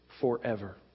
forever